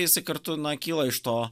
jisai kartu na kyla iš to